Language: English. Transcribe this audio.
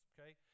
Okay